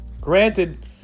Granted